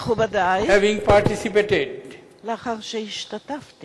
מכובדי, בהשתתפי